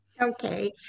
Okay